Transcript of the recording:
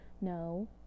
No